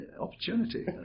opportunity